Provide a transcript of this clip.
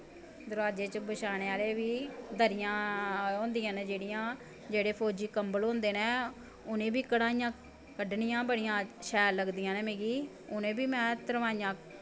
दरवाज़े च बछानें आह्ले बी दरियां होंदियां न जेह्ड़ियां जेह्ड़े फौजी कम्बल होंदे न उ'नें ई बी कढ़ाइयां कड्ढनियां बड़ियां शैल लगदियां न मिगी उ'नें ई बी में तरपाइयां